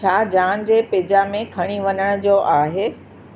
छा जॉन जे पिज्जा में खणी वञण जो आहे